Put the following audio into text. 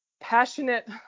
passionate